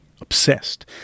obsessed